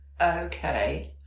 Okay